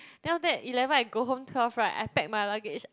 then after that eleven I go home twelve right I pack my luggage